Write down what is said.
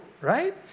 right